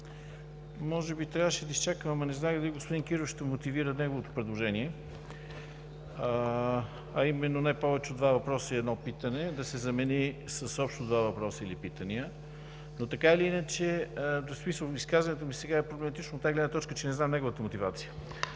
Може би трябваше да изчакам, ама не знаех дали господин Кирилов ще мотивира неговото предложение, а именно „не повече от два въпроса и едно питане“ да се замени с „общо 2 въпроса или питания“. Но така или иначе, изказването ми сега е проблематично от тази гледна точка, че не знам неговата мотивация.